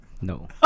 No